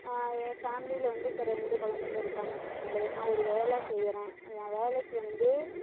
என் ஃபேமிலியில வந்து இப்போ ரெண்டு குழந்தைங்க இருக்காங்கன்னு வச்சிக்கோங்களேன் நான் ஒரு வேலை செய்கிறேன் என் வேலைக்கு வந்து